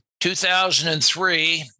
2003